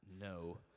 No